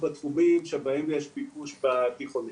בתחומים שבהם יש ביקוש בתיכונים.